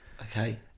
Okay